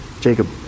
Jacob